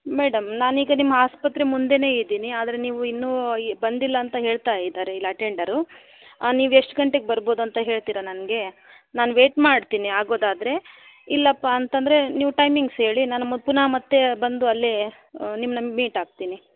madam ನಾನು ಈಗ ನಿಮ್ಮ ಆಸ್ಪತ್ರೆ ಮುಂದೆನೇ ಇದ್ದೀನಿ ಆದರೆ ನೀವು ಇನ್ನೂ ಬಂದಿಲ್ಲ ಅಂತ ಹೇಳ್ತಾ ಇದಾರೆ ಇಲ್ಲಿ ಅಟೆಂಡರು ನೀವು ಎಷ್ಟು ಗಂಟೆಗೆ ಬರ್ಬೋದು ಅಂತ ಹೇಳ್ತೀರಾ ನನಗೆ ನಾನು ವೇಟ್ ಮಾಡ್ತೀನಿ ಆಗೋದಾದರೆ ಇಲ್ಲಪ್ಪ ಅಂತ ಅಂದರೆ ನೀವು ಟೈಮಿಂಗ್ಸ್ ಹೇಳಿ ನಾನು ಮ ಪುನಃ ಮತ್ತೆ ಬಂದು ಅಲ್ಲೇ ನಿಮ್ಮನ್ನ ಮೀಟ್ ಆಗ್ತೀನಿ